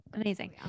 Amazing